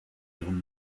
ihrem